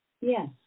Yes